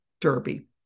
derby